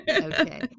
Okay